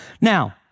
Now